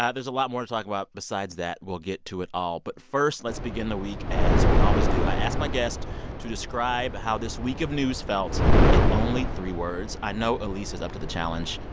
ah there's a lot more to talk about besides that. we'll get to it all. but first, let's begin the week as we always do. i ask my guests to describe how this week of news felt in only three words. i know elise is up to the challenge.